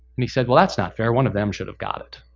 and he said, well, that's not fair. one of them should have got it.